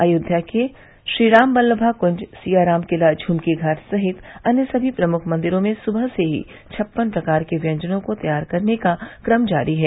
अयोध्या के श्रीरामबल्लभा कंज सियाराम किला झुमकी घाट सहित अन्य सभी प्रमुख मंदिरों में सुबह से ही छप्पन प्रकार के व्यंजन को तैयार करने का क्रम जारी है